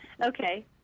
Okay